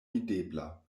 videbla